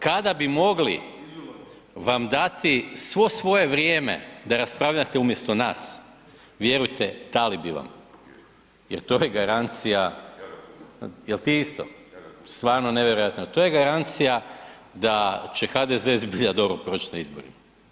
Kada bi mogli vam dati svo svoje vrijeme da raspravljate umjesto nas, vjerujte dali bi vam jer to je garancija … [[Upadica iz klupe se ne razumije]] Jel ti isto? … [[Upadica iz klupe se ne razumije]] Stvarno nevjerojatno, to je garancija da će HDZ zbilja dobro proć na izborima.